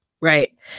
Right